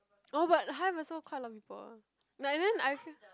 oh but Hive also quite a lot of people like and then I feel